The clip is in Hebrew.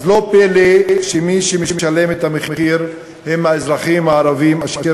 לא פלא שמי שמשלם את המחיר הם האזרחים הערבים אשר